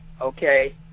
okay